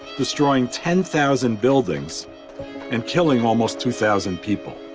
destroying ten thousand buildings and killing almost two thousand people.